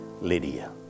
Lydia